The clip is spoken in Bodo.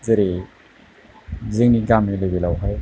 जेरै जोंनि गामि लेबेलाव हाय